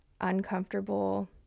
uncomfortable